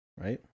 right